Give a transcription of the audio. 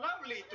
Lovely